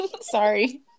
sorry